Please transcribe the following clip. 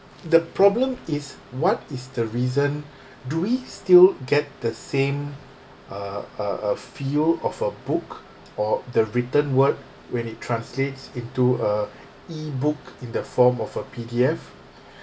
the problem is what is the reason do we still get the same uh uh uh feel of a book or the written word when it translates into a e-book in the form of a P_D_F